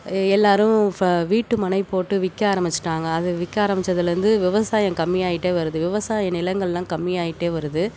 ஏ எல்லாரும் ஃப வீட்டுமனை போட்டு விற்க ஆரமிச்சிட்டாங்க அது விற்க ஆரமிச்சதுலேருந்து விவசாயம் கம்மி ஆகிட்டே வருது விவசாயம் நிலங்கள்லாம் கம்மி ஆகிட்டே வருது